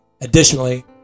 Additionally